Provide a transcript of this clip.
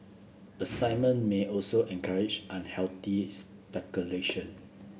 assignment may also encourage unhealthy speculation